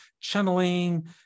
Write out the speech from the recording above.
channeling